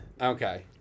Okay